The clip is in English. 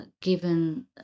given